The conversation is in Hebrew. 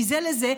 מזה לזה.